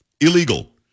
illegal